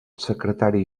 secretari